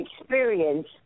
experience